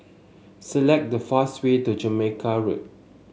select the fastest way to Jamaica Road